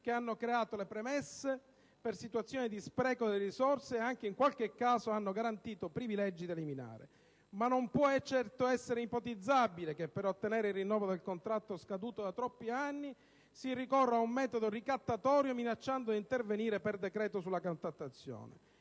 che hanno creato le premesse per situazioni di spreco delle risorse e anche, in qualche caso, hanno garantito privilegi da eliminare. Ma non può certo essere ipotizzabile che per ottenere il rinnovo del contratto scaduto da troppi anni si ricorra a un metodo ricattatorio minacciando di intervenire per decreto sulla contrattazione.